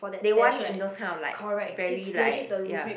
they want it in those time like very like ya